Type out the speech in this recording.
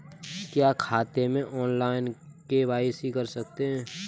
क्या खाते में ऑनलाइन के.वाई.सी कर सकते हैं?